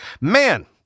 man